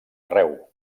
arreu